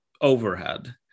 overhead